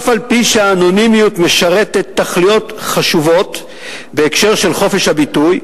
אף-על-פי שהאנונימיות משרתת תכליות חשובות בהקשר של חופש הביטוי,